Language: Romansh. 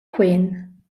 quen